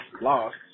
lost